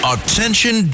Attention